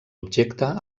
objecte